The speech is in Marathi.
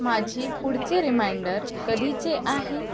माझी पुढचे रिमाइंडर कधीचे आहे